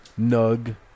nug